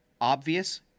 obvious